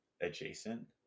adjacent